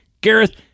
Gareth